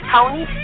Tony